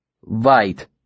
White